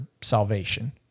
salvation